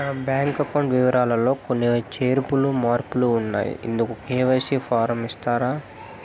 నా bank account వివరాలు లో కొన్ని చేర్పులు మార్పులు ఉన్నాయి, ఇందుకు కె.వై.సి ఫారం ఇస్తారా?